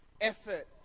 effort